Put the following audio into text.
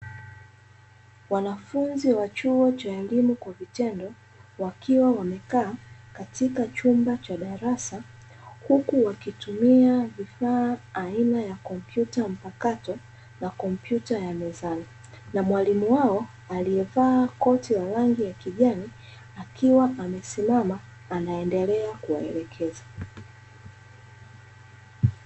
Wanafunzi wa chuo cha elimu kwa vitendo wakiwa wamekaa katika chumba cha darasa. Huku wakitumia vifaa aina ya kompyuta mpakato na kompyuta ya mezani; na mwalimu wao aliyevaa koti la rangi ya kijani, akiwa amesimama anaendelea kuwaelekeza.